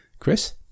Chris